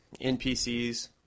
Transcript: NPCs